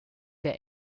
der